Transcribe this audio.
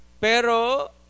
pero